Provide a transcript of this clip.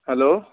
hello